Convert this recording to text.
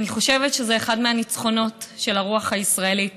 ואני חושבת שזה אחד מהניצחונות של הרוח הישראלית.